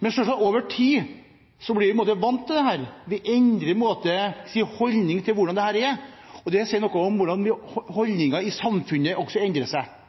Men over tid blir en, selvsagt, på en måte vant til dette. Det endrer på en måte holdningen til hvordan dette er, og det sier noe om hvordan holdningen i samfunnet også endrer seg.